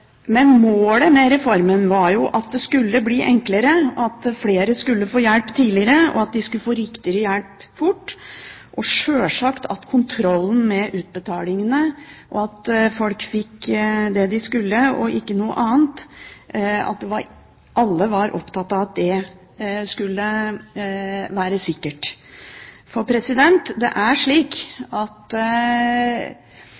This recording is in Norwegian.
Men målet med reformen var jo at det skulle bli enklere, at flere skulle få hjelp tidligere, at de skulle få riktigere hjelp fort, og sjølsagt at det skulle være kontroll med utbetalingene – at folk fikk det de skulle og ikke noe annet. Alle var opptatt av at det skulle være sikkert. Feilutbetalinger og juks med trygdesystemet er